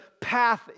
path